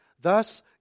Thus